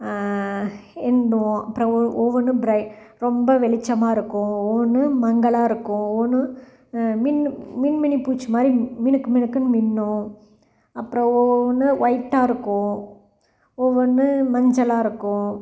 எண்ணுவோம் அப்புறம் ஒ ஒவ்வொன்றும் பிறை ரொம்ப வெளிச்சமாக இருக்கும் ஒவ்வொன்று மங்கலாக இருக்கும் ஒவ்வொன்று மின்னும் மின்மினி பூச்சி மாதிரி மினுக்கு மினுக்குன்னு மின்னும் அப்புறம் ஒவ்வொன்று ஒய்ட்டாக இருக்கும் ஒவ்வொன்று மஞ்சளாக இருக்கும்